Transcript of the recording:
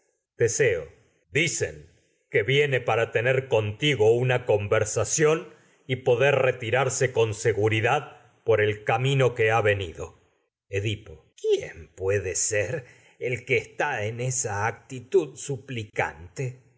teseo dicen que viene para tener contigo una conversación camino y poder retirarse con seguridad por el que ha venido edipo quién puede ser el que está en esa actitud suplicante